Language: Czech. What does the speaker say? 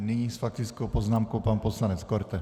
Nyní s faktickou poznámkou pan poslanec Korte.